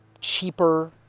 cheaper